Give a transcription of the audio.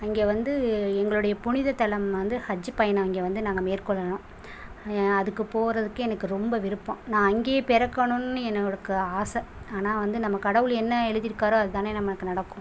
அங்கே வந்து எங்களுடைய புனித தளம் வந்து ஹஜ்ஜி பயணம் அங்க வந்து நாங்கள் மேற்கொள்ளணும் அதுக்கு போகிறதுக்கு எனக்கு ரொம்ப விருப்போம் நான் அங்கேயே பிறக்கனுன்னு எனக்கு ஆசை ஆனால் வந்து நம்ம கடவுள் என்ன எழுதி இருக்காரோ அதுதானே நமக்கு நடக்கும்